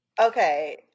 Okay